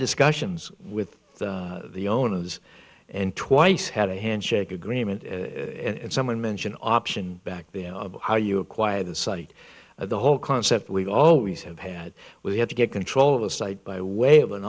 discussions with the owners and twice had a handshake agreement and someone mentioned option back then how you acquired the site the whole concept we always have had we have to get control of the site by way of an